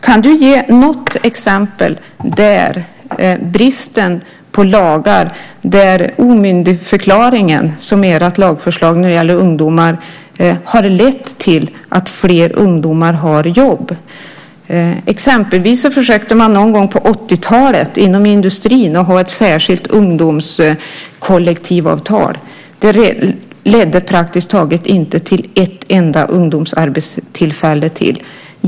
Kan du ge något exempel där bristen på lagar och det omyndigförklarande som ert lagförslag när det gäller ungdomar innebär har lett till att fler ungdomar har jobb? Exempelvis försökte man någon gång på 80-talet att ha ett särskilt ungdomskollektivavtal inom industrin. Det ledde praktiskt taget inte till ett enda ungdomsarbetstillfälle till.